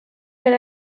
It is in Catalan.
per